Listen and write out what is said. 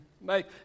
make